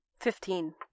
Fifteen